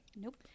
Nope